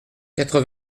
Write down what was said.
quatre